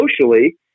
socially